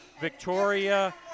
Victoria